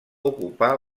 ocupar